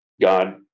God